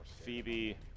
Phoebe